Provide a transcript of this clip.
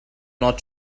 not